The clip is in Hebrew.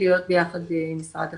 להיות ביחד עם משרד החינוך.